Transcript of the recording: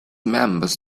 members